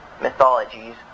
mythologies